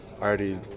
already